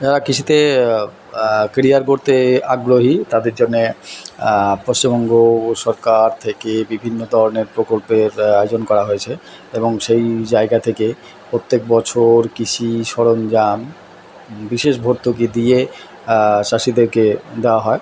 যারা কৃষিতে কেরিয়ার গড়তে আগ্রহী তাদের জন্যে পশ্চিমবঙ্গ সরকার থেকে বিভিন্ন ধরনের প্রকল্পের আয়োজন করা হয়েছে এবং সেই জায়গা থেকে প্রত্যেক বছর কৃষি সরঞ্জাম বিশেষ ভর্তুকি দিয়ে চাষিদেরকে দেওয়া হয়